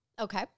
Okay